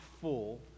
full